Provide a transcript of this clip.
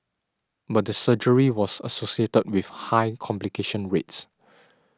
but the surgery was associated with high complication rates